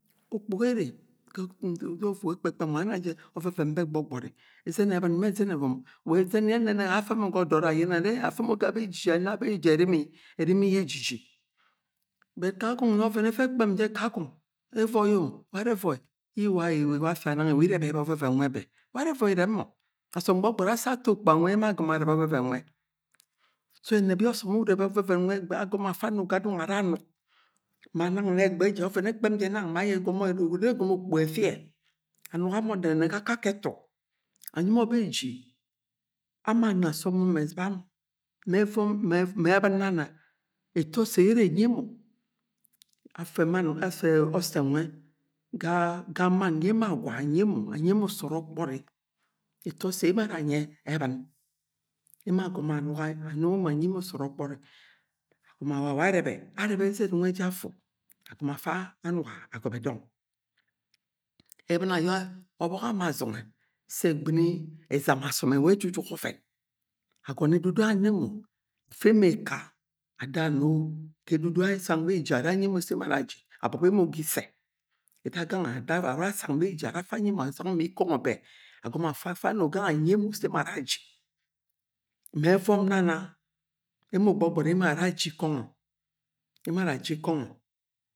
Ukpuga ere wa nwe ena je oveven be gbogbori ezen ebin ma ezen evom wa ezen enenege afa mo ga odod ayene are afe mo ga beji ana beji emiri, emiri ye ejiji bet kakong oven efe ekpem je kakong evoi o ware evoi ye iwa afia nang iwi irerebe oven nwe be, ware evoi ireb mo asom gbogbori ashi ato okpuga nwe ye emo agom arebe oveven nwe, so eneg ye osom urebe oveven nwe be afa ano ga dong ara anuk ma nang na egbe je oven ekpe je nang ma aye ere egomo akake etu anyi mo beji ama ana se mom eziba mo me evom ma ebin nana eto osse ye ere enyi emo afe osse nwe ga mann ye emo agwa anyi emo anyi emo sood okpori eto osse ye emo ara anyi ebin emo agomo anuga mo anyi mo sood okpori agomo awa-awa arebe, arebe ezen nwe je afu agomo afa anuga agobe dong ebin ayo obok ama azongo se egbini ezam asom ewe ejujuk oven agono edudu ye ano mo afe emo eka ada ano ga edudu asang beji ara anyi emo sa aji abobo emo gi ise eda gange awa asang ma ikongho be agomo afu afa ano gange anyi emo se ara aji me evom nana emo se ara aji ikongho emo ara ikongho